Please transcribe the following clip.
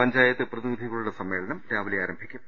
പഞ്ചായത്ത് പ്രതിനിധികളുടെ സമ്മേളനം രാവിലെ ആരം ഭിക്കും